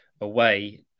away